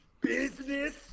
business